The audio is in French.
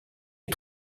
est